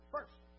First